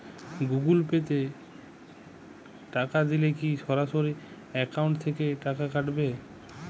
Google Pay তে টাকা দিলে কি সরাসরি অ্যাকাউন্ট থেকে টাকা কাটাবে?